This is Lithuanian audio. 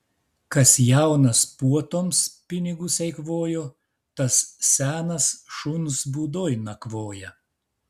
kas jaunas puotoms pinigus eikvojo tas senas šuns būdoj nakvoja